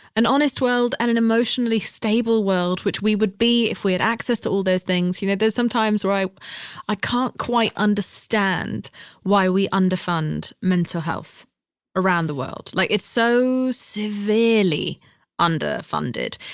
an honest world and an emotionally stable world, which we would be if we had access to all those things. you know, there's sometimes where i i can't quite understand why we underfund mental health around the world like it's so severely underfunded.